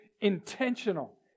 intentional